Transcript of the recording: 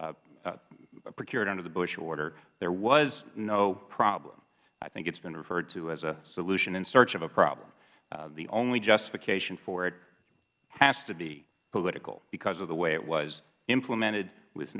procured under the bush order there was no problem i think it's been referred to as a solution in search of a problem the only justification for it has to be political because of the way it was implemented with